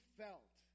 felt